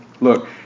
Look